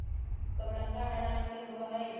कबरंगा हरा रंग के होबा हई